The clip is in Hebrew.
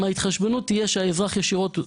אם ההתחשבנות תהיה של האזרח ישירות.